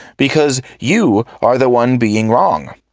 because you are the one being wrong.